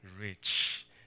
Rich